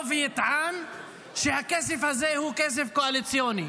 לטעון שהכסף הזה הוא כסף קואליציוני.